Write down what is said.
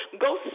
go